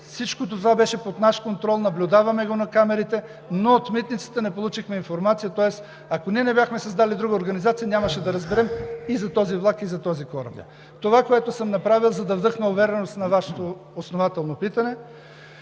всичко това беше под наш контрол. Наблюдаваме го на камерите, но от Митницата не получихме информация. Тоест, ако ние не бяхме създали друга организация, нямаше да разберем и за този влак, и за този кораб. Това, което съм направил, за да вдъхна увереност на Вашето основателно питане,